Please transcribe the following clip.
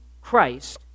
Christ